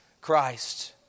Christ